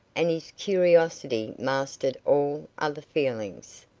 and his curiosity mastered all other feelings.